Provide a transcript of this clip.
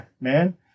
man